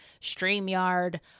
StreamYard